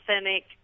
authentic